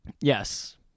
Yes